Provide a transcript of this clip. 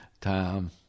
time